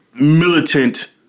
militant